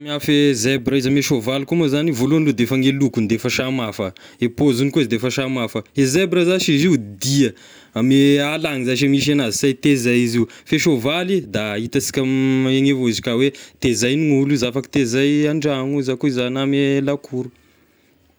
Ny maha samy hafa e zebra izy ame soavaly koa moa zagny, voalohany aloha de efa gne lokogny de efa samy hafa, e pôzigny koa izy de efa samy hafa, e zebra zashy izy dia, ame ala agny zashy ny misy agnazy sy hay tezay izy io, fa e soavaly da hitansika egny avao izy ka hoe tezaign'olo izy, afaky tezay an-dragno izy, akoa zay na ame lakoro.